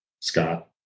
Scott